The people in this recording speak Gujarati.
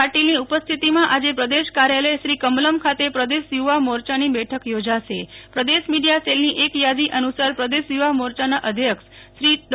પાટીલની ઉપસ્થિતિમાં આજે પ્રદેશ કાર્યાલય શ્રી કમલમ ખાતે પ્રદેશ યુવા મોરચાની બેઠક યોજાશે પ્રદેશ મીડીયા સેલની એક યાદી અનુ સાર પ્રદેશ યુ વા મોર યાના અધ્યક્ષશ્રી ડો